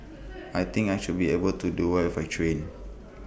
I think I should be able to do well if I train